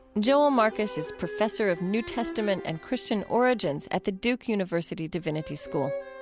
joel marcus is professor of new testament and christian origins at the duke university divinity school.